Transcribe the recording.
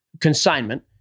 consignment